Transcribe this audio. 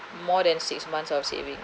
more than six months of saving